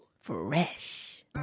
Fresh